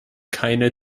keine